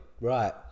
Right